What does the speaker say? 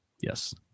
Yes